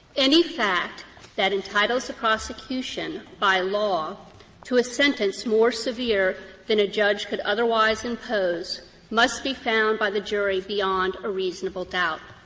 any fact that entitles a prosecution by law to a sentence more severe than a judge could otherwise impose must be found by the jury beyond a reasonable doubt.